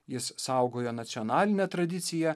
jis saugojo nacionalinę tradiciją